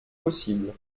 possibles